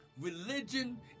religion